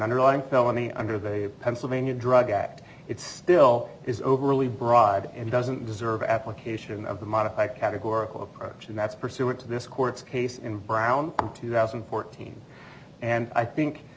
underlying felony under the pennsylvania drug act it still is overly broad and doesn't deserve application of the modify categorical approach and that's pursuant to this court's case in brown two thousand and fourteen and i think